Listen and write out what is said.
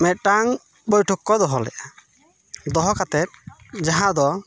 ᱢᱤᱫᱴᱟᱝ ᱵᱳᱭᱴᱷᱚᱠ ᱠᱚ ᱫᱚᱦᱚ ᱞᱮᱫᱟ ᱫᱚᱦᱚ ᱠᱟᱛᱮᱫ ᱡᱟᱦᱟᱸ ᱫᱚ